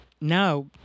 now